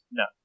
no